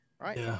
right